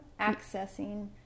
accessing